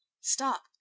Stop